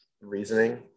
reasoning